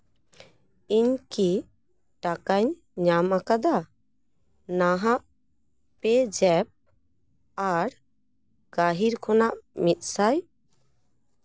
ᱤᱧ ᱠᱤ ᱴᱟᱠᱟᱧ ᱧᱟᱢ ᱟᱠᱟᱫᱟ ᱱᱟᱦᱟᱜ ᱯᱮᱡᱽ ᱮᱯ ᱟᱨ ᱜᱟ ᱦᱤᱨ ᱠᱷᱚᱱᱟᱜ ᱢᱤᱫᱥᱟᱭ